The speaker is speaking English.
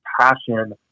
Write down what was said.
passion